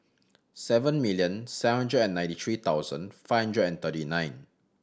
seven million seven hundred and ninety three thousand five hundred and thirty nine